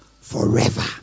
forever